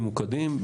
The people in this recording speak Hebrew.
ממוקדים,